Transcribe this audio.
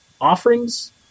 offerings